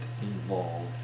involved